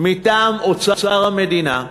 מטעם אוצר המדינה.